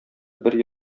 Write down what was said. бер